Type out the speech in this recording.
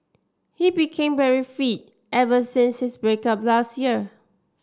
he became very fit ever since his break up last year